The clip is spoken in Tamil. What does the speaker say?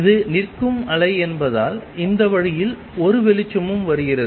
இது நிற்கும் அலை என்பதால் இந்த வழியில் ஒரு வெளிச்சமும் வருகிறது